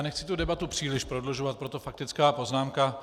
Nechci debatu příliš prodlužovat, proto faktická poznámka.